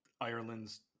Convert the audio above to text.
Ireland's